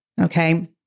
okay